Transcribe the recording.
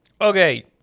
Okay